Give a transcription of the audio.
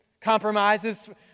compromises